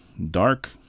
Dark